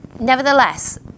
nevertheless